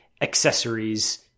accessories